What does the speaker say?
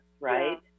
right